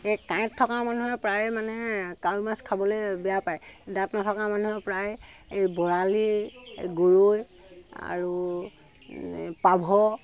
সেই কাঁইট থকা মানুহে প্ৰায় মানে কাৱৈ মাছ খাবলৈ বেয়া পায় দাঁত নথকা মানুহেও প্ৰায়ে এই বৰালি গৰৈ আৰু পাভ